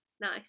Nice